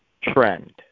trend